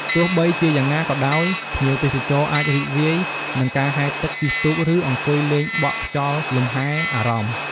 ទោះបីជាយ៉ាងណាក៏ដោយភ្ញៀវទេសចរអាចរីករាយ នឹងការហែលទឹក ជិះទូក ឬអង្គុយលេងបក់ខ្យល់លម្ហែអារម្មណ៍។